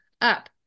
up